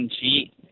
cheat